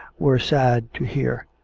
were sad to hear.